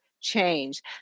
change